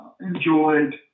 enjoyed